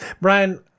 Brian